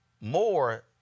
more